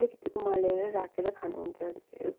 अलिकति उमालेर राखेर खानुहुन्छ